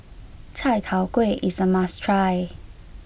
Chai Tow Kway is a must try